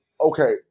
okay